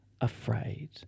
afraid